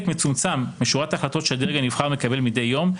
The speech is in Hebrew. מצומצם משורת החלטות שהדרג הנבחר מקבל מדי יום,